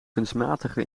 kunstmatige